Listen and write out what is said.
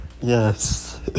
yes